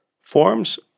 Forms